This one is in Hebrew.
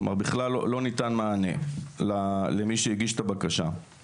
כלומר בכלל לא ניתן מענה למי שהגיש את הבקשה.